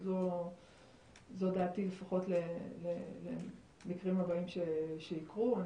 זו דעתי, לפחות למקרים הבאים שייקרו.